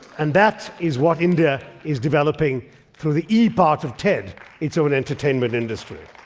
and that is what india is developing through the e part of ted its own entertainment industry.